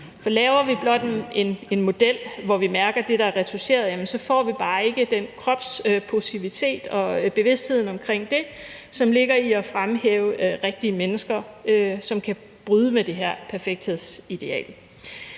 For laver vi blot en model, hvor vi mærker det, der er retoucheret, får vi bare ikke den kropspositivitet og den bevidsthed omkring det, som der ligger i at fremhæve rigtige mennesker, og som kan bryde med det her perfekthedsideal.